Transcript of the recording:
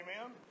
amen